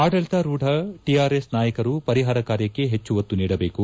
ಆಡಳಿತಾ ರೂಢ ಟಿಆರ್ಎಸ್ ನಾಯಕರು ಪರಿಹಾರ ಕಾರ್ಯಕ್ಕೆ ಹೆಚ್ಚು ಒತ್ತು ನೀಡಬೇಕು